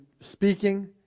speaking